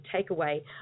takeaway